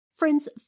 Friends